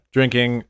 Drinking